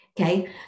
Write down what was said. Okay